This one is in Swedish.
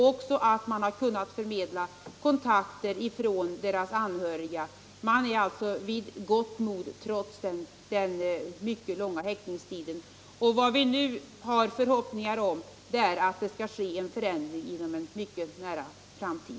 Vidare har man kunnat förmedla kontakter med deras anhöriga. De är alltså vid gott mod, trots den mycket långa häktningstiden. Nu hoppas vi att det skall bli en förändring inom en mycket nära framtid.